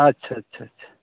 ᱟᱪᱪᱷᱟ ᱪᱷᱟ ᱪᱷᱟ ᱪᱷᱟ